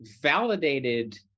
validated